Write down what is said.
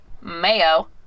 mayo